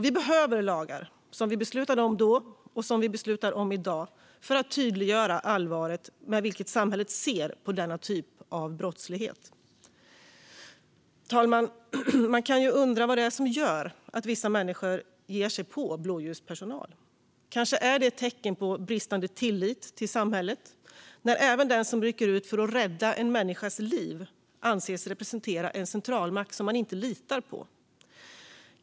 Vi behöver lagar som vi beslutade om då och som vi beslutar om i dag för att tydliggöra det allvar med vilket samhället ser på denna typ av brottslighet. Fru talman! Man kan undra vad det är som gör att vissa människor ger sig på blåljuspersonal. Kanske är det ett tecken på bristande tillit till samhället när även den som rycker ut för att rädda en människas liv anses representera en centralmakt som man inte litar på.